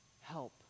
help